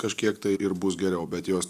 kažkiek tai ir bus geriau bet jos